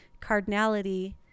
cardinality